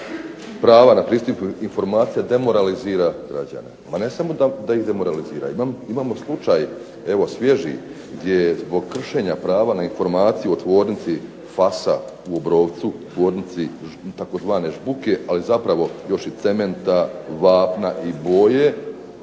prava na pristup informacijama demoralizira građane. Pa ne samo da ih demoralizira. Imamo slučaj evo svježi gdje zbog kršenja prava na informaciju o tvornici FASA u Obrovcu, tvornici tzv. žbuke, ali zapravo još i cementa, vapna i boje,